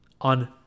on